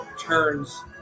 turns